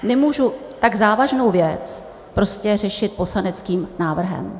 Nemůžu tak závažnou věc řešit poslaneckým návrhem.